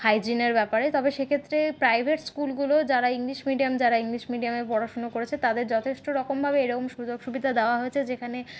হাইজিনের ব্যাপারে তবে সেক্ষেত্রে প্রাইভেট স্কুলগুলো যারা ইংলিশ মিডিয়াম যারা ইংলিশ মিডিয়ামে পড়াশুনো করেছে তাদের যথেষ্ট রকমভাবে এরম সুযোগ সুবিধা দেওয়া হয়েছে যেখানে